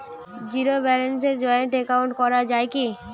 Zero ব্যালেন্সে joint account করা য়ায় কি?